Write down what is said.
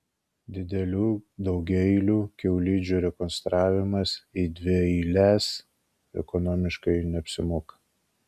didelių daugiaeilių kiaulidžių rekonstravimas į dvieiles ekonomiškai neapsimoka